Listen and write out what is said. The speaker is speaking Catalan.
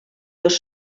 dos